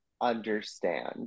understand